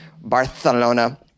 Barcelona